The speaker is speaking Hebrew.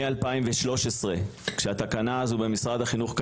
מ-2013 כשהתקנה הזו במשרד החינוך,